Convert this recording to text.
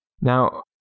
Now